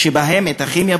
שבהם יש כימיה,